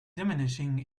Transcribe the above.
diminishing